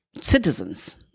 citizens